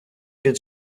під